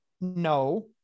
No